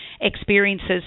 experiences